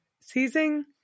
seizing